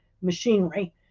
machinery